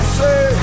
say